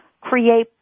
create